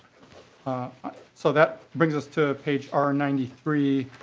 ah so that brings us to page r ninety three.